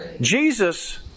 Jesus